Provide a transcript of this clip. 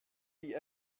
die